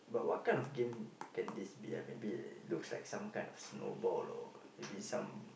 but what kind of game can this be maybe looks like some kind of snowball or maybe some